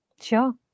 Sure